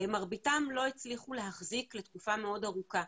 מרביתן לא הצליחו להחזיק לתקופה מאוד ארוכה.